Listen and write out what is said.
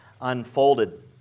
unfolded